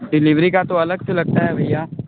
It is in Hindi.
डिलिवरी का तो अलग से लगता है भैया